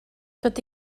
tot